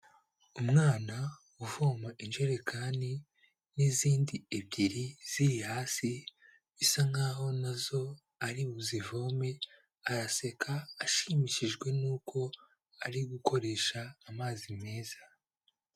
Umwana uvoma injerekani n'izindi ebyiri ziri hasi bisa nkaho nazo ari buzivome, araseka ashimishijwe nuko ari gukoresha amazi meza.